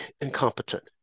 incompetent